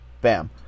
bam